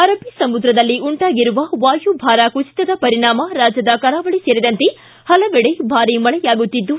ಅರಬ್ಬ ಸಮುದ್ರದಲ್ಲಿ ಉಂಟಾಗಿರುವ ವಾಯುಭಾರ ಕುಸಿತದ ಪರಿಣಾಮ ರಾಜ್ಜದ ಕರಾವಳಿ ಸೇರಿದಂತೆ ಪಲವೆಡೆ ಭಾರಿ ಮಳೆಯಾಗುತ್ತಿದ್ದು